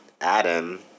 Adam